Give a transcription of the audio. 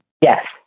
Yes